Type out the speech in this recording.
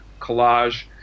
collage